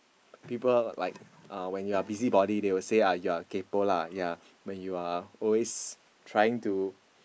people like uh when you are busy body they will say ah you are kaypo lah ya when you are always trying to